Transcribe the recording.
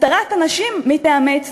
הסתרת הנשים מטעמי צניעות.